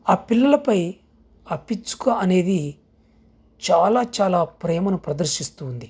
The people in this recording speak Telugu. ఆ పిల్లలపై ఆ పిచ్చుక అనేది చాలా చాలా ప్రేమను ప్రదర్శిస్తుంది